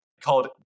called